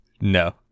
No